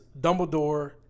Dumbledore